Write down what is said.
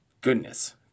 Goodness